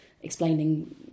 explaining